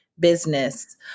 business